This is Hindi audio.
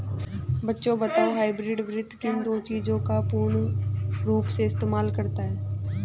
बच्चों बताओ हाइब्रिड वित्त किन दो चीजों का पूर्ण रूप से इस्तेमाल करता है?